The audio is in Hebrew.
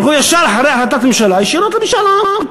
תלכו ישר אחרי החלטת ממשלה ישירות למשאל עם.